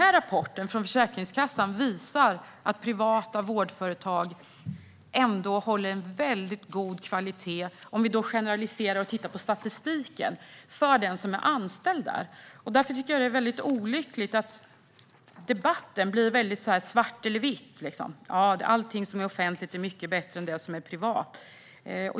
Rapporten från Försäkringskassan visar att privata vårdföretag ändå håller en väldigt god kvalitet för den som är anställd, om vi generaliserar och tittar på statistiken. Därför tycker jag att det är väldigt olyckligt med en ofta väldigt svartvit debatt - som om allting offentligt är mycket bättre än det som är privat.